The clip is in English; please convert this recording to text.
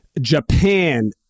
Japan